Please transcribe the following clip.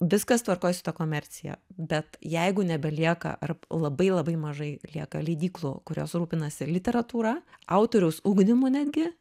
viskas tvarkoj su ta komercija bet jeigu nebelieka arba labai labai mažai lieka leidyklų kurios rūpinasi literatūra autoriaus ugdymu netgi